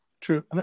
True